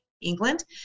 England